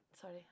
sorry